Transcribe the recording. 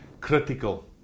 critical